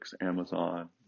Amazon